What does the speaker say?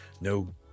no